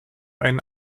einen